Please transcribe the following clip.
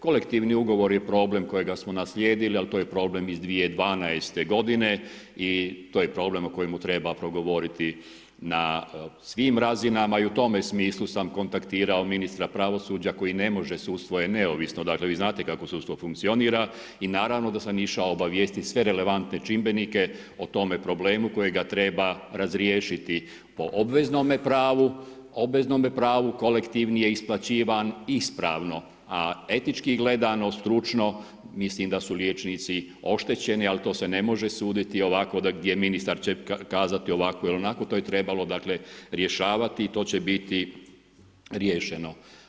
Kolektivni ugovor je problem kojega smo naslijedili ali to je problem iz 2012. g, i to je problem o kojemu treba progovoriti na svim razinama i u tome smislu sam kontaktirao Ministra pravosuđa koji ne može, sudstvo je neovisno, dakle vi znate kako sudstvo funkcionira, i naravno da sam išao obavijestiti sve relevantne čimbenike o tome problemu kojega treba razriješiti po obveznome pravu, kolektivni je isplaćivan ispravno a etički gledano, stručno mislim da su liječnici oštećeni ali to se ne može suditi ovako gdje ministar će kazati ovako ili onako, to je trebalo dakle, rješavati i to će biti riješeno.